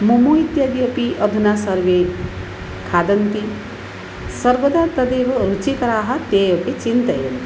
ममू इत्यादि अपि अधुना सर्वे खादन्ति सर्वदा तदेव रुचिकराः ते अपि चिन्तयन्ति